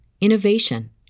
innovation